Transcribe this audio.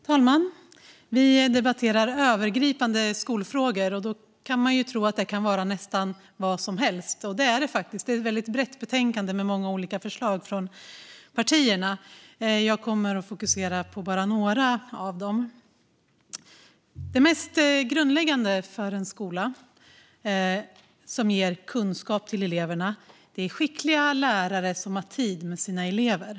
Fru talman! Vi debatterar Övergripande skolfrågor . Man kan tro att det kan vara nästan vad som helst. Det är faktiskt ett brett betänkande med många olika förslag från partierna. Jag kommer att fokusera på några av dem. Det mest grundläggande för en skola som ger eleverna kunskap är skickliga lärare som har tid för sina elever.